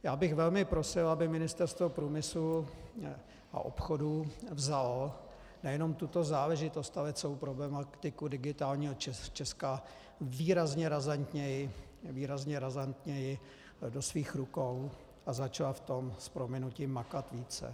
Já bych velmi prosil, aby Ministerstvo průmyslu a obchodu vzalo nejenom tuto záležitost, ale celou problematiku digitálního Česka výrazně razantněji do svých rukou a začalo v tom s prominutím makat více.